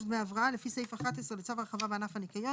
לפי סעיף 7 לצו ההרחבה בענף הניקיון,